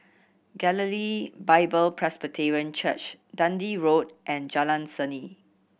Galilee Bible Presbyterian Church Dundee Road and Jalan Seni